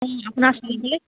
অঁ আপোনাৰ